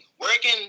Working